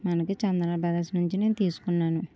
మనకు చందాన బ్రదర్స్ నుంచి నేను తీసుకున్నాను